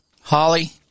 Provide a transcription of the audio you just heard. Holly